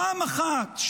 פעם אחת,